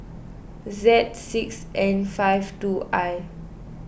Z six N five two I